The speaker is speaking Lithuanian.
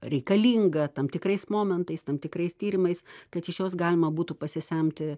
reikalinga tam tikrais momentais tam tikrais tyrimais kad iš jos galima būtų pasisemti